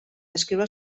descriure